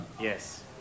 yes